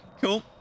Cool